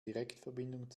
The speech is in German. direktverbindung